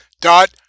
dot